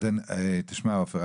תשמע עופר,